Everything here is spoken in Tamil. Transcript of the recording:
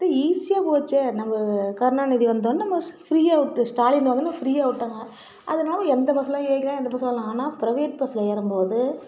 அதான் ஈஸியாக போச்சே நம்ம கருணாநிதி வந்தோன்ன நம்ம ஃப்ரீயாக ஸ்டாலின் வந்தோன்னே ஃப்ரீயாக விட்டாங்க அதனால் எந்த பஸ்னாலும் ஏறிக்கலாம் பஸ்னாலும் ஆனால் ப்ரைவேட் பஸ்ஸில் ஏறும்போது